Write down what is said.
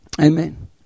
Amen